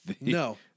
No